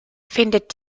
findet